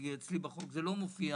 אצלי בחוק זה לא מופיע